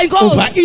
over